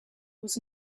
was